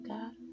God